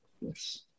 Yes